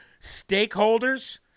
Stakeholders